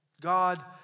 God